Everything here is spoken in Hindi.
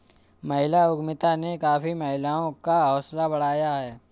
महिला उद्यमिता ने काफी महिलाओं का हौसला बढ़ाया है